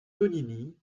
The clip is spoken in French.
tonini